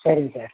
சரிங்க சார்